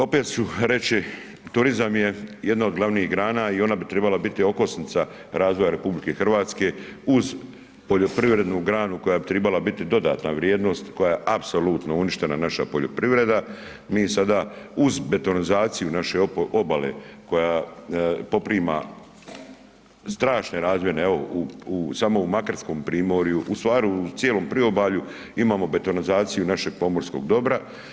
Opet ću reći turizam je jedna od glavnih grana i ona bi trebala biti okosnica razvoja Republike Hrvatske uz poljoprivrednu granu koja bi trebala biti dodatna vrijednost koja je apsolutno uništena naša poljoprivreda, mi sada uz betonizaciju naše obale koja poprima strašne razmjere samo u makarskom primorju, ustvari u cijelom priobalju imamo betonizaciju našeg pomorskog dobra.